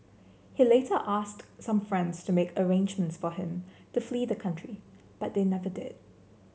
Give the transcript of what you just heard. he later asked some friends to make arrangements for him to flee the country but they never did